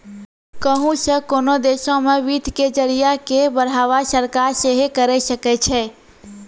कहुं से कोनो देशो मे वित्त के जरिया के बढ़ावा सरकार सेहे करे सकै छै